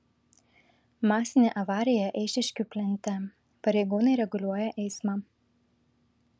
masinė avarija eišiškių plente pareigūnai reguliuoja eismą